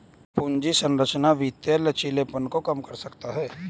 पूंजी संरचना वित्तीय लचीलेपन को कम कर सकता है